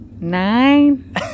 Nine